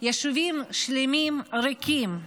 יישובים שלמים ריקים,